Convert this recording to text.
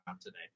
today